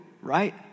right